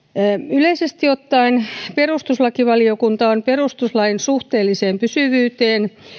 yleisesti ottaen perustuslakivaliokunta on perustuslain suhteelliseen pysyvyyteen